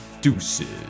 Deuces